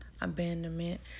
abandonment